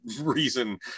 reason